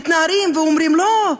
מתנערים ואומרים: לא,